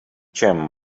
gem